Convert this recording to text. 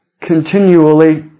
continually